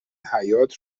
حیاط